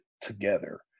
together